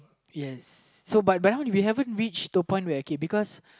yes so by by now we haven't reach the point where K because